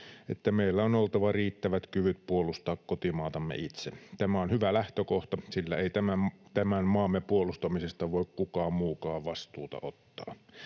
että meillä on oltava riittävät kyvyt puolustaa kotimaatamme itse. Tämä on hyvä lähtökohta, sillä ei maamme puolustamisesta voi kukaan muukaan vastuuta ottaa.